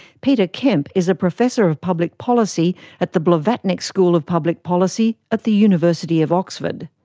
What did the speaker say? peter kemp is a professor of public policy at the blavatnik school of public policy at the university of oxford.